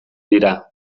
dira